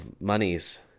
monies